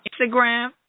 Instagram